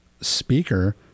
speaker